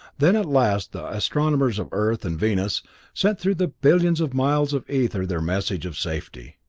then at last the astronomers of earth and venus sent through the billions of miles of ether their message of safety.